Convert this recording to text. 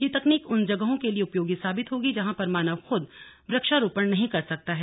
यह तकनीक उन जगहों के लिए उपयोगी साबित होगी जहां पर मानव खुद वृक्षारोपण नहीं कर सकता है